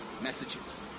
messages